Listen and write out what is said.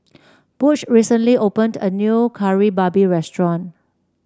Butch recently opened a new Kari Babi restaurant